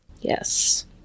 Yes